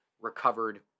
recovered